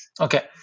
okay